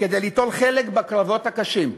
כדי ליטול חלק בקרבות הקשים.